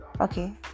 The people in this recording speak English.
Okay